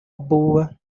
boa